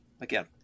again